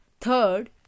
Third